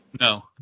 no